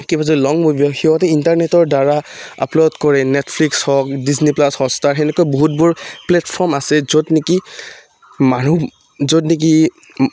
কিবা যদি long movie হয় সিহঁতে ইণ্টাৰনেটৰ দ্বাৰা আপলোড কৰে নেটফ্লিক্স হওক ডিছ্নী প্লাছ হটষ্টাৰ তেনেকুৱা বহুতবোৰ প্লেটফৰ্ম আছে য'ত নেকি মানুহ য'ত নেকি ম